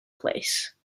place